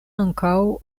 ankaŭ